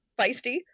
feisty